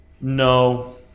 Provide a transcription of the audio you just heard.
No